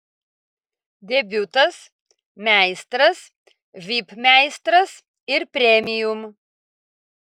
debiutas meistras vip meistras ir premium